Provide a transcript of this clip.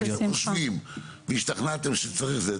אם יהיו דברים שאתם חושבים שהשתכנעתם שצריך זה,